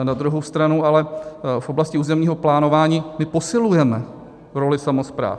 Na druhou stranu ale v oblasti územního plánování my posilujeme roli samospráv.